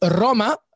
Roma